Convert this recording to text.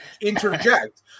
interject